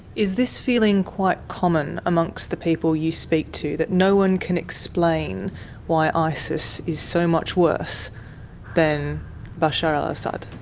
is this feeling quite common amongst the people you speak to, that no one can explain why isis is so much worse than bashar al-assad?